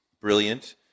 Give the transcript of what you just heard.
brilliant